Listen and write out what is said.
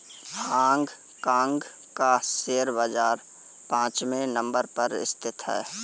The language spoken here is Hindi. हांग कांग का शेयर बाजार पांचवे नम्बर पर स्थित है